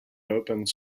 opens